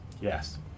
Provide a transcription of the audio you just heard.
Yes